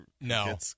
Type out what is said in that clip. No